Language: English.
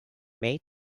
mate